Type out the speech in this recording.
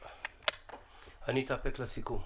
אני אתאפק לסיכום.